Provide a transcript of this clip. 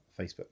Facebook